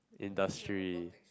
industry